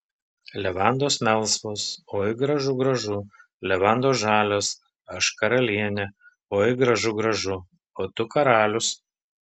levandos melsvos oi gražu gražu levandos žalios aš karalienė oi gražu gražu o tu karalius